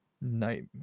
Night